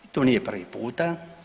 To nije prvi puta.